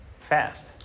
fast